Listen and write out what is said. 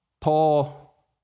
Paul